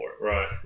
right